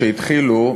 שהתחילו,